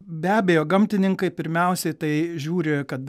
be abejo gamtininkai pirmiausiai tai žiūri kad